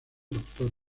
doctor